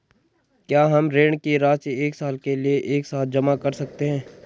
क्या हम ऋण की राशि एक साल के लिए एक साथ जमा कर सकते हैं?